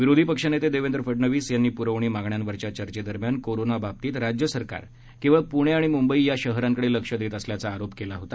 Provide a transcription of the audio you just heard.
विरोधी पक्षनेते देवेंद्र फडणवीस यांनी प्रवणी मागण्यांवरील चर्चेदरम्यान कोरोनाबाबतीत राज्यसरकार केवळ पुणे आणि मुंबई या शहरांकडे लक्ष देत असल्याचा आरोप केला होता